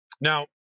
Now